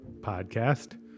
podcast